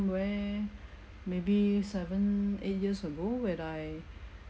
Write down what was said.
where maybe seven eight years ago when I